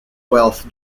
wealth